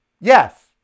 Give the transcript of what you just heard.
yes